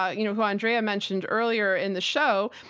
ah you know who andrea mentioned earlier in the show,